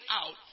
out